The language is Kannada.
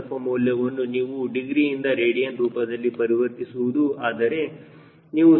𝐶mα ಮೌಲ್ಯವನ್ನು ನೀವು ಡಿಗ್ರಿಯಿಂದ ರೇಡಿಯನ್ ರೂಪದಲ್ಲಿ ಪರಿವರ್ತಿಸುವುದು ಆದರೆ ನೀವು ಸರಿಸುಮಾರು 57